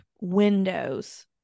windows